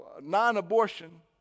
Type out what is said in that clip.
non-abortion